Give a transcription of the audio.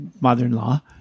mother-in-law